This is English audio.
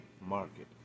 market